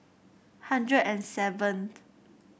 hundred and seventh